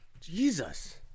Jesus